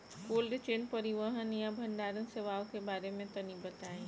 Cold chain परिवहन या भंडारण सेवाओं के बारे में तनी बताई?